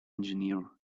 engineer